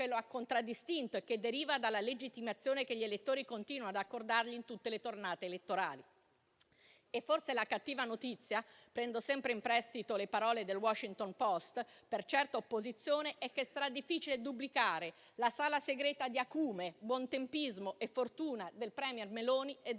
lo hanno contraddistinto e che derivano dalla legittimazione che gli elettori continuano ad accordargli in tutte le tornate elettorali. Forse la cattiva notizia - prendo sempre in prestito le parole del «The Washington Post» - per certa opposizione è che sarà difficile duplicare la sala segreta di acume, buon tempismo e fortuna del *premier* Meloni e